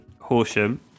Horsham